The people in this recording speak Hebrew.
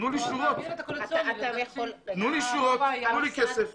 תנו לי שורות, תנו לי כסף.